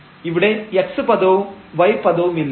ഇവിടെ x പദവും y പദവുമില്ല